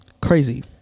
Crazy